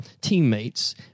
teammates